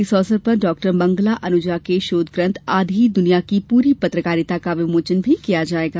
इस अवसर पर डॉक्टर मंगला अनुजा के शोधग्रंथ आधी दुनिया की पूरी पत्रकारिता का विमोचन भी किया जायेगा